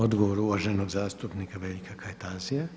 Odgovor uvaženog zastupnika Veljka Kajtazija.